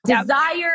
desire